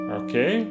okay